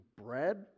bread